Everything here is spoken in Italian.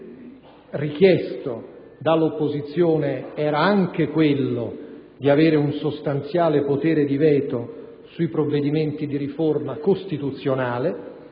La richiesta dell'opposizione era anche quella di avere un sostanziale potere di veto sui provvedimenti di riforma costituzionale